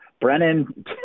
Brennan